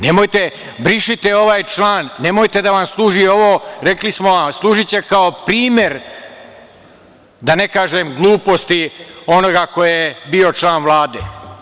Nemojte, brišite ovaj član, nemojte da vam služi ovo, rekli smo vam, služiće kao primer, da ne kažem, gluposti, onoga ko je bio član Vlade.